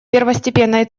первостепенной